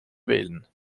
wählen